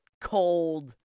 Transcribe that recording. cold